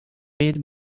read